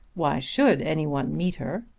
why should any one meet her?